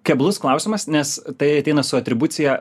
keblus klausimas nes tai ateina su atribucija